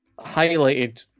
highlighted